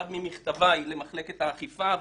אחד ממכתביי למחלקת האכיפה,